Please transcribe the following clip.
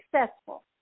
successful